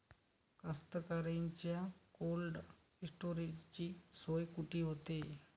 कास्तकाराइच्या कोल्ड स्टोरेजची सोय कुटी होते?